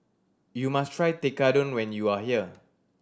you must try Tekkadon when you are here